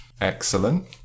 Excellent